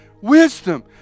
Wisdom